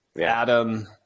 Adam